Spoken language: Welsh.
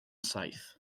saith